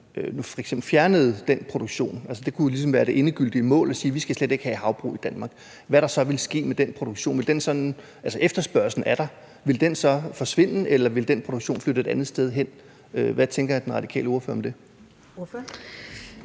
fjernede den produktion – det kunne jo ligesom være det endegyldige mål at sige, at vi slet ikke skal have havbrug i Danmark – og hvad der så ville ske med den produktion. Altså, efterspørgslen er der, og ville den produktion så forsvinde, eller ville den flytte et andet sted hen? Hvad tænker den radikale ordfører om det?